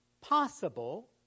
possible